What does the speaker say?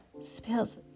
spills